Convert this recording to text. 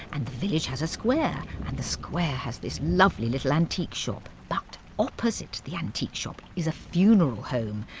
and the village has a square, and the square has this lovely little antique's shop, but opposite the antique's shop, is a funeral home.